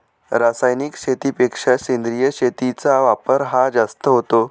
रासायनिक शेतीपेक्षा सेंद्रिय शेतीचा वापर हा जास्त होतो